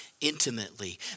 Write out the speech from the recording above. intimately